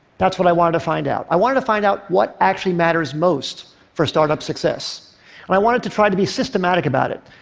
that's what i wanted to find out. i wanted to find out what actually matters most for startup success. and i wanted to try to be systematic about it,